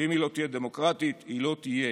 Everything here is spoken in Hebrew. ואם היא לא תהיה דמוקרטית, היא לא תהיה.